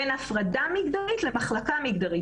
בין הפרדה מגדרית למחלקה מגדרית.